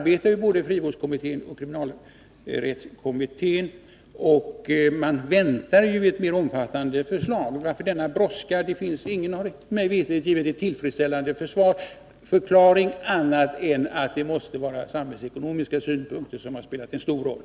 Både frivårdskommitténs och kriminalrättskommitténs arbete pågår, och man väntar ju ett mer omfattande förslag. Varför denna brådska? Ingen har mig veterligt givit en tillfredsställande förklaring i annan mån än att det måste vara samhällsekonomiska synpunkter som spelat en stor roll.